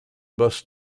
bus